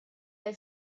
dai